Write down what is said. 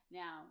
now